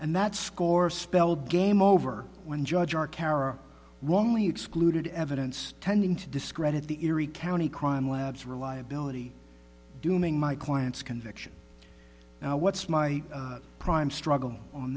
and that score spelled game over when judge r care or wrongly excluded evidence tending to discredit the erie county crime labs reliability dooming my client's conviction now what's my prime struggle on